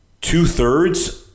two-thirds